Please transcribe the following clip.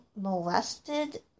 molested